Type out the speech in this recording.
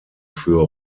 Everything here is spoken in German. für